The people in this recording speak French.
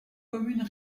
communes